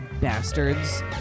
Bastards